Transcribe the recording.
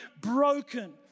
broken